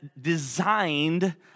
designed